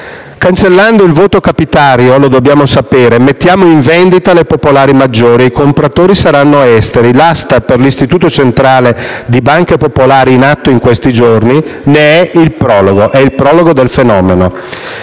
Cancellando il voto capitario - lo dobbiamo sapere - mettiamo in vendita le popolari maggiori e i compratori saranno esteri. L'asta per l'Istituto centrale delle banche popolari, in atto in questi giorni, è il prologo del fenomeno.